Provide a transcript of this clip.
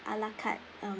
a la carte um